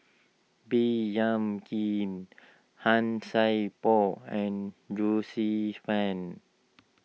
Baey Yam Keng Han Sai Por and Joyce Fan